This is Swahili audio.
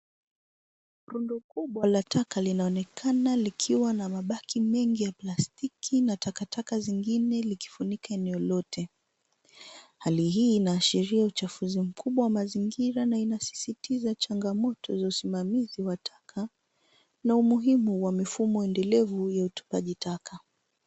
Tundu kubwa la taka linaonekana likiwa na mabaki mengi ya plastiki na takataka zingine likifunika eneo lote. Hali hii inaashiria uchafuzi mkubwa wa mazingira na inasisitiza changamoto za usimamizi wa taka, umuhimu wa mifumo endelevu wa utupaji taka